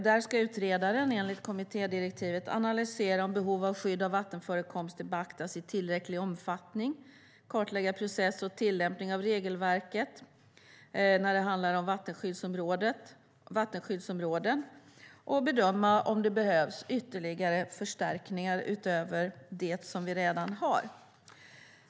Där ska utredaren enligt kommittédirektivet analysera om behov av skydd av vattenförekomster beaktas i tillräcklig omfattning, kartlägga processen och tillämpningen av regelverket när det handlar om vattenskyddsområden och bedöma om det behövs ytterligare förstärkningar utöver vad vi redan har.